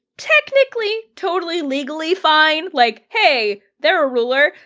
technically totally legally fine, like, hey, they're a ruler,